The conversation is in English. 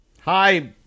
Hi